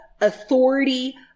authority